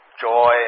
joy